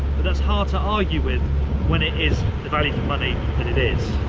but that's hard to argue with when it is the value for money that it is.